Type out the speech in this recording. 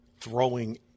throwing